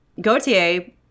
Gautier